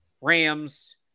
Rams